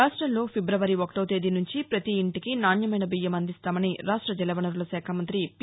రాష్టంలో ఫిబ్రివరి ఒకటో తేదీ నుంచి పతి ఇంటికి నాణ్యమైన బీయ్యం అందిస్తామని రాష్ట జలవనరులశాఖ మంత్రి పి